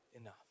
enough